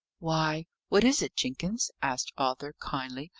why, what is it, jenkins? asked arthur, kindly,